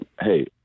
hey